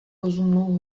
rozumnou